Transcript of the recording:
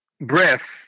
breath